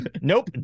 Nope